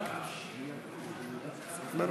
גם